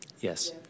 yes